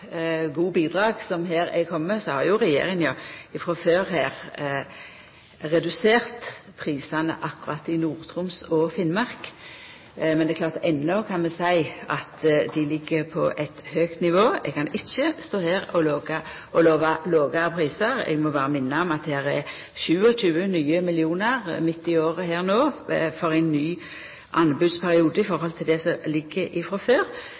gode bidrag som har kome. Regjeringa har jo frå før redusert prisane akkurat i Nord-Troms og i Finnmark, men det er klart at vi kan seia at enno ligg dei på eit høgt nivå. Eg kan ikkje stå her og lova lågare prisar. Eg må berre minna om at no, midt i året, er det 27 nye millionar for ein ny anbodsperiode i tillegg til det som ligg frå før.